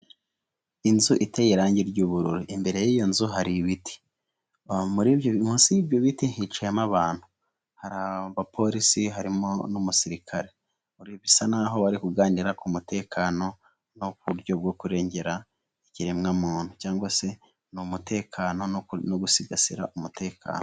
Inzu iteye irangi ry'ubururu, imbere y'iyo nzu hari ib iti, munsi y'byoti hiciyemo abantu, hari abapolisi, harimo n'umusirikare, bisa n'aho bari kuganira ku mutekano no kuburyo bwo kurengera, ikiremwamuntu cyangwa se ni umutekano no gusigasira umutekano.